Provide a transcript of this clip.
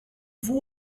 vous